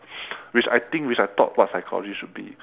which I think which I thought what psychology should be